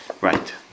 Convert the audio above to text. Right